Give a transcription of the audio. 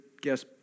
guess